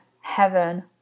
heaven